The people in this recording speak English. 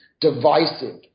divisive